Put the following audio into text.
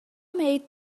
made